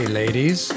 ladies